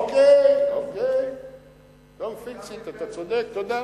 אוקיי, don’t fix it, אתה צודק, תודה.